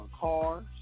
cars